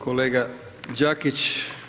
kolega Đakić.